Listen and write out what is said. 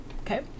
okay